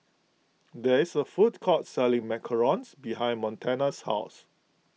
there is a food court selling Macarons behind Montana's house